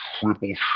triple